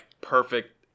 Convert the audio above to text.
perfect